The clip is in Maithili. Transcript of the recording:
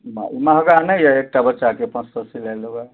महगा नहि यऽ एकटा बच्चाके पाँच सए सिलाइ लेबै